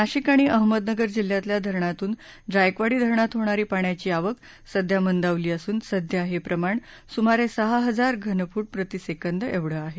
नाशिक आणि अहमदनगर जिल्ह्यातल्या धरणातून जायकवाडी धरणात होणारी पाण्याची आवक सध्या मंदावली असून सध्या हे प्रमाण सुमारे सहा हजार घनफूट प्रतिसेकंद एवढं आहे